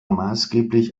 maßgeblich